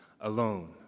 alone